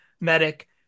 medic